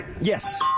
Yes